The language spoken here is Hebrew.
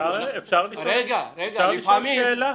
אפשר לשאול שאלה?